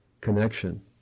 connection